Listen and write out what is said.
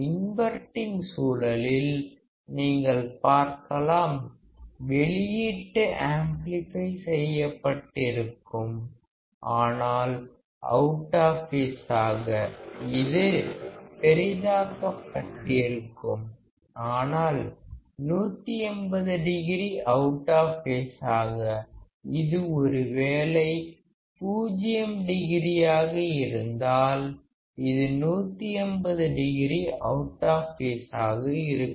inverting சூழலில் நீங்கள் பார்க்கலாம் வெளியீட்டு ஆம்ப்ளிபை செய்ய பட்டிருக்கும் ஆனால் அவுட் ஆஃப் பேஸாக இது பெரிதாக்கப்பட்டிருக்கும் ஆனால் 180 டிகிரி அவுட் ஆஃப் பேஸாக இது ஒருவேளை 0 டிகிரி ஆக இருந்தால் இது 180 டிகிரி அவுட் ஆஃப் பேஸாக இருக்கும்